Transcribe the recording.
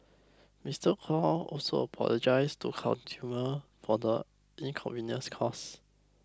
Mister Kong also apologised to consumer for the inconvenience caused